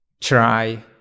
try